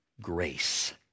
grace